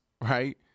right